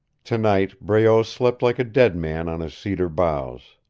tonight breault slept like a dead man on his cedar boughs.